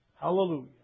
Hallelujah